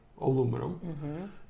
aluminum